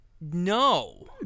No